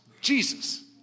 Jesus